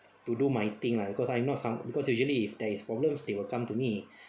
to do my thing lah because I am not some because usually if there is problems they will come to me